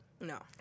No